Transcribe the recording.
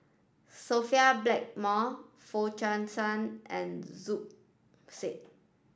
Sophia Blackmore Foo Chee San and Zubir Said